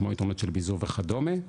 כמו יתרונות של ביזור וכדומה,